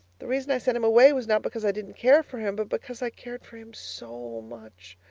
the reason i sent him away was not because i didn't care for him, but because i cared for him so much.